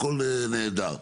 הכול נהדר.